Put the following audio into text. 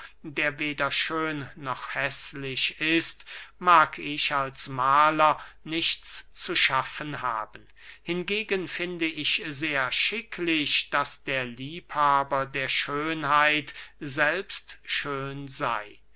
der weder schön noch häßlich ist mag ich als mahler nichts zu schaffen haben hingegen finde ich sehr schicklich daß der liebhaber der schönheit selbst schön sey